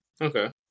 Okay